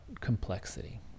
complexity